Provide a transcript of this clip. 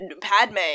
Padme